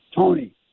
Tony